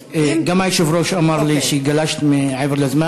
חברת הכנסת אורלי לוי אבקסיס,